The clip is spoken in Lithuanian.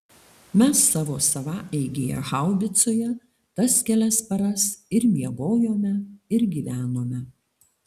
mes savo savaeigėje haubicoje tas kelias paras ir miegojome ir gyvenome